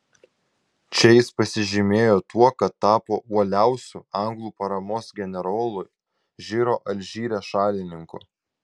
čia jis pasižymėjo tuo kad tapo uoliausiu anglų paramos generolui žiro alžyre šalininku